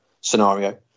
scenario